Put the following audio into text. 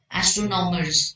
astronomers